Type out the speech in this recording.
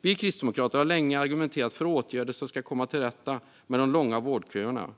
Vi kristdemokrater har länge argumenterat för åtgärder som ska komma till rätta med de långa vårdköerna.